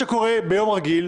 אני רוצה גם להגיד אולי